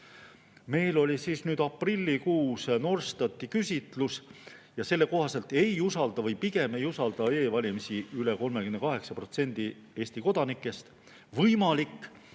Meil oli aprillikuus Norstati küsitlus ja selle kohaselt ei usalda või pigem ei usalda e-valimisi üle 38% Eesti kodanikest. Võimalik,